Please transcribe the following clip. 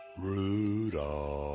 Rudolph